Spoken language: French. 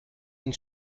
une